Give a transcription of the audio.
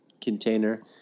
container